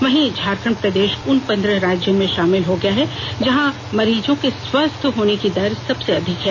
वहीं झारखंड देश के उन पंद्रह राज्यों में शामिल हो गया है जहां मरीजों के स्वस्थ होने की दर सबसे अधिक है